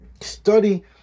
Study